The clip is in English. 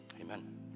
Amen